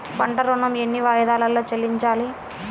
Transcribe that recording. పంట ఋణం ఎన్ని వాయిదాలలో చెల్లించాలి?